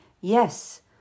Yes